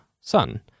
sun